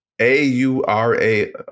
A-U-R-A